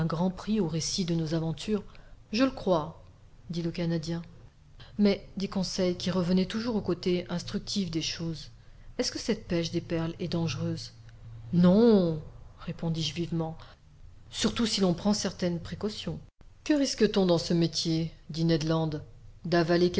grand prix au récit de nos aventures je le crois dit le canadien mais dit conseil qui revenait toujours au côté instructif des choses est-ce que cette pêche des perles est dangereuse non répondis-je vivement surtout si l'on prend certaines précautions que risque-t-on dans ce métier